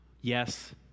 Yes